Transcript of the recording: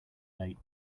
late